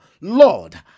lord